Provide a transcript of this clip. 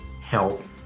help